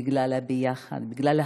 בגלל ה-ביחד,